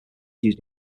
used